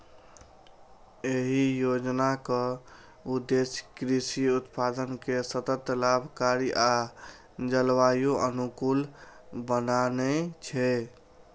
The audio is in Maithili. एहि योजनाक उद्देश्य कृषि उत्पादन कें सतत, लाभकारी आ जलवायु अनुकूल बनेनाय छै